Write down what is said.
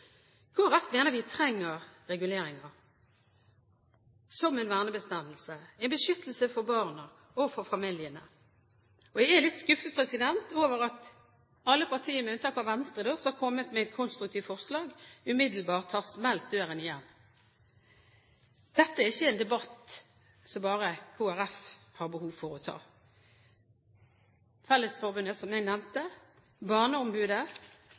mener vi trenger reguleringer, som en vernebestemmelse, en beskyttelse for barna – og for familiene. Og jeg er litt skuffet over at alle partiene, med unntak av Venstre, som har kommet med et konstruktivt forslag, umiddelbart har smelt døren igjen. Dette er ikke en debatt som bare Kristelig Folkeparti har behov for å ta. I Fellesforbundets blad, som jeg nevnte, sier bl.a. barneombudet,